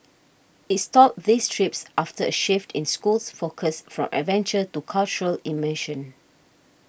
it stopped these trips after a shift in school's focus from adventure to cultural immersion